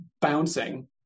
bouncing